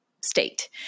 state